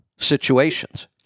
Situations